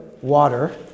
water